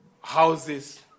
houses